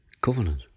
Covenant